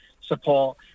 support